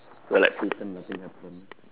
while like pretend nothing happened